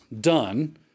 done